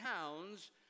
towns